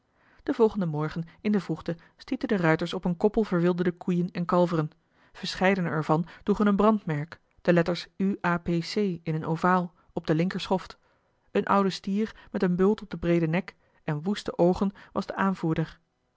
den volgenden morgen in de vroegte stieten de ruiters op een koppel verwilderde koeien en kalveren verscheidene er van droegen een brandmerk de letters u a p c in een ovaal op de eli heimans willem roda linker schoft een oude stier met een bult op den breeden nek en woeste oogen was de aanvoerder